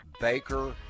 Baker